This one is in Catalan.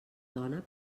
dona